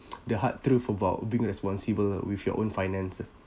the hard truth about being responsible with your own finance